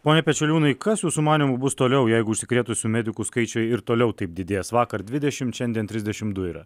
pone pečeliūnai kas jūsų manymu bus toliau jeigu užsikrėtusių medikų skaičiai ir toliau taip didės vakar dvidešimt šiandien trisdešimt du